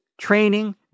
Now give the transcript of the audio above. training